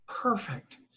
Perfect